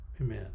Amen